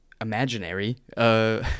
imaginary